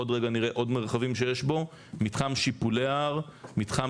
עוד רגע נראה עוד מרחבים שיש בו; מתחם שיפולי ההר; מתחם